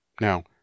Now